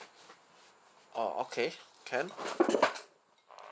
oh okay can